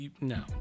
No